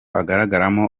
agaragaramo